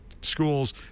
schools